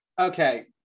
Okay